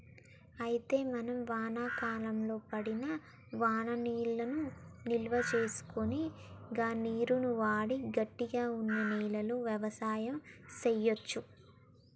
అయితే మనం వానాకాలంలో పడిన వాననీళ్లను నిల్వసేసుకొని గా నీరును వాడి గట్టిగా వున్న నేలలో యవసాయం సేయచ్చు